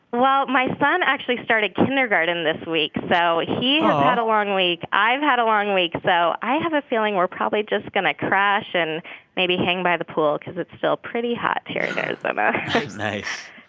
well, my son actually started kindergarten this week. so he has had a long week. i've had a long week. so i have a feeling we're probably just going to crash and maybe hang by the pool because it's still pretty hot here in arizona nice